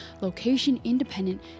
location-independent